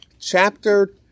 Chapter